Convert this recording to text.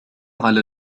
على